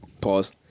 pause